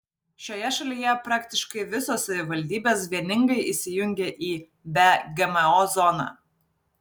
šioje šalyje praktiškai visos savivaldybės vieningai įsijungė į be gmo zoną